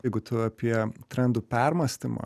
jeigu tu apie trendų permąstymą